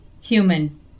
human